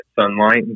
sunlight